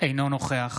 אינו נוכח